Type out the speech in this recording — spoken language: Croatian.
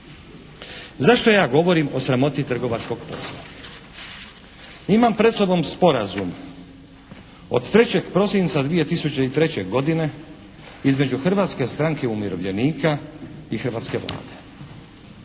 Zašto ja govorim o sramoti trgovačkog posla? Imam pred sobom sporazum od 3. prosinca 2003. godine između Hrvatske stranke umirovljenika i hrvatske Vlade.